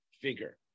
figure